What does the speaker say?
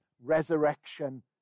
resurrection